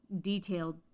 detailed